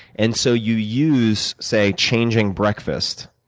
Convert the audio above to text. and so you use say, changing breakfast.